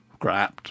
crapped